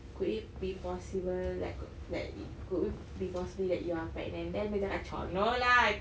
could it be possible like uh like could it be possible that you're pregnant then dia cakap !choy! no lah